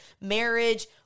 marriage